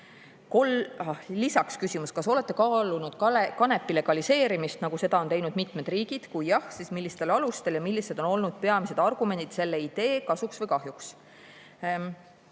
Lisaks küsimus: "Kas olete kaalunud kanepi legaliseerimist nagu seda on teinud mitmed riigid? Kui jah, siis millistel alustel ja millised on olnud peamised argumendid selle idee kasuks või kahjuks?"